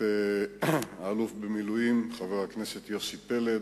את האלוף במילואים, חבר הכנסת יוסי פלד,